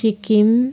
Sikkim